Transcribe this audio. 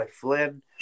Flynn